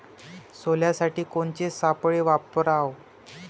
सोल्यासाठी कोनचे सापळे वापराव?